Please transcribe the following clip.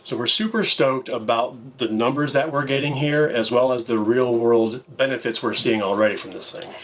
so we're super stoked about the numbers that we're getting here, as well as the real world benefits we're seeing already from this thing.